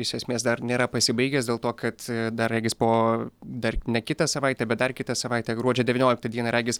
iš esmės dar nėra pasibaigęs dėl to kad dar regis po dar ne kitą savaitę bet dar kitą savaitę gruodžio devynioliktą dieną regis